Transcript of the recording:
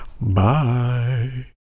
Bye